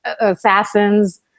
assassins